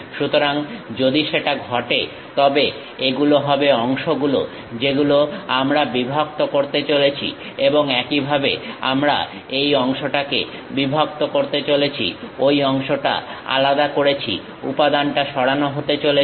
সুতরাং যদি সেটা ঘটে তবে এগুলো হবে অংশগুলো যেগুলো আমরা বিভক্ত করতে চলেছি এবং একইভাবে আমরা এই অংশটাকে বিভক্ত করতে চলেছি ঐ অংশটা আলাদা করেছি উপাদানটা সরানো হতে চলেছে